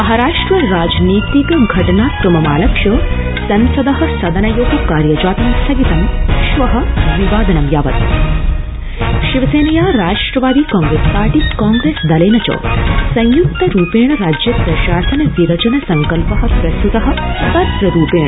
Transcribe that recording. महाराष्ट्र राजनीतिक घटनाक्रममालक्ष्य संसद सदनयो कार्यजातं स्थगितं श्व द्वि वादनं यावत शिवसेनया राष्ट्रवादी कांग्रेस पार्टी कांग्रेसदलेन च संय्क्तरूपेण राज्ये प्रशासन विरचन संकल्प प्रस्तुत पत्ररूपेण